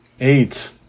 Eight